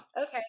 okay